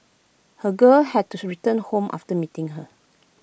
her girl had to return home after meeting her